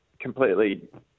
completely